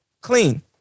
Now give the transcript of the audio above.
Clean